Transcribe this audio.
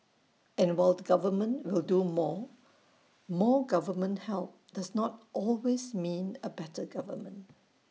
and while the government will do more more government help does not always mean A better government